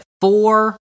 four